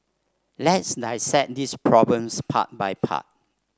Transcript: let's this problems part by part